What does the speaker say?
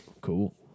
Cool